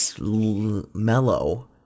mellow